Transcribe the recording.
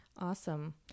Awesome